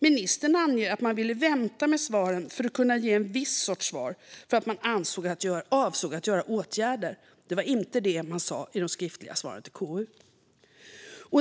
Ministern anger att man ville vänta med svaren för att kunna ge en viss sorts svar eftersom man avsåg att göra åtgärder. Det var inte det som stod i de skriftliga svaren till KU.